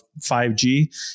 5G